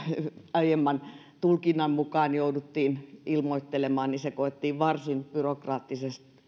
aiemman tulkinnan mukaan näitä ihan pieniä palkintoja jouduttiin ilmoittelemaan koettiin varsin byrokraattiseksi